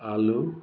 आलु